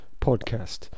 podcast